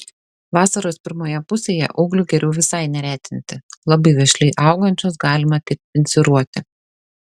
vasaros pirmoje pusėje ūglių geriau visai neretinti labai vešliai augančius galima tik pinciruoti